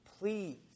Please